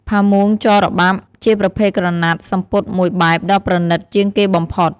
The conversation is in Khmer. ផាមួងចរបាប់ ជាប្រភេទក្រណាត់សំពត់មួយបែបដ៏ប្រណីតជាងគេបំផុត។